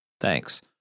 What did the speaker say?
thanks